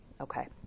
Okay